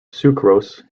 sucrose